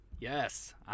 Yes